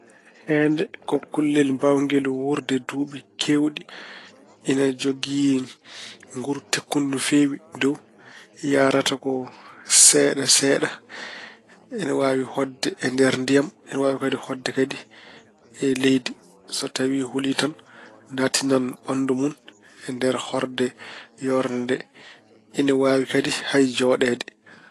Heende ko kullel mbaawngel wuurde duuɓi keewɗi. Ine jogii nguru tekku ngu no feewi dow. Yahrata ko seeɗa seeɗa. Ene waawi hoɗde e nder ndiyam. Ene waawi hoɗde kadi e leydi. So tawi hulii tan, naattinan ɓanndu mun e nder horde yoornde nde. Ina waawi kadi hay joɗeede.